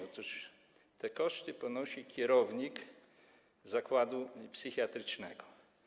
Otóż te koszty poniesie kierownik zakładu psychiatrycznego.